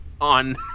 on